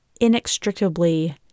inextricably